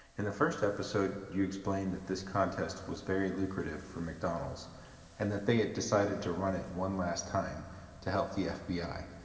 in the first episode, you explain that this contest was very lucrative for mcdonald's and that they had decided to run it one last time to help the fbi.